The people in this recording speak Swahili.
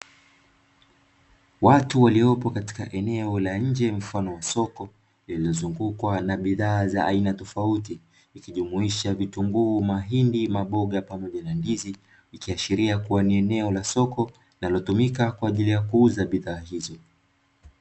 Watu waliopo katika eneo la nje mfano wa soko lililozungukwa na bidhaa za aina tofauti ikijumuisha vitunguu, mahindi, maboga pamoja na ndizi, ikiashiria kuwa ni eneo la soko linalotumika kwa ajili ya kuuza bidhaa hizo.